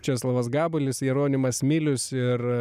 česlovas gabalis jeronimas milius ir